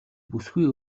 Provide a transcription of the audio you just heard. бүсгүй